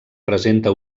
presenta